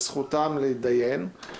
-- על זכותם להידיין, ניתן יהיה להקדים את